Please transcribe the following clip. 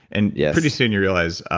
and yeah pretty soon you realize,